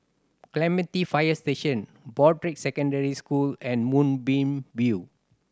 Clementi Fire Station Broadrick Secondary School and Moonbeam View